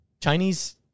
Chinese